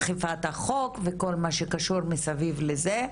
אכיפת החוק וכל מה שקשור מסביב לזה.